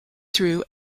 through